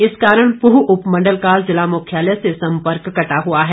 इस कारण पूह उपमंडल का जिला मुख्यालय से संपर्क कटा हुआ है